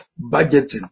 budgeting